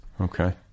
Okay